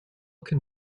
can